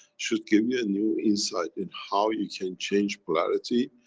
should give you a new insight in how you can change polarity,